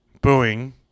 booing